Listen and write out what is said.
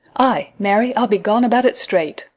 ay, marry, i'll be gone about it straight.